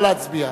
נא להצביע.